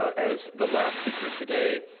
as the last speaker today,